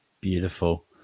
Beautiful